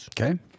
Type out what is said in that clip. Okay